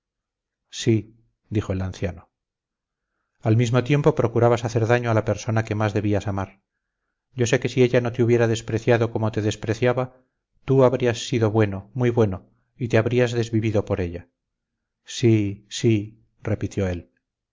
sí dijo el anciano al mismo tiempo procurabas hacer daño a la persona que más debías amar yo sé que si ella no te hubiera despreciado como te despreciaba tú habrías sido bueno muy bueno y te habrías desvivido por ella sí sí repitió él